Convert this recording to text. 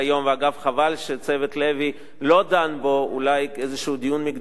וחבל שצוות לוי לא דן בו אולי איזה דיון מקדמי,